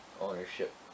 ownership